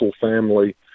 family